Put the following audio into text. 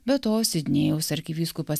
be to sidnėjaus arkivyskupas